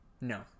No